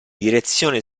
direzione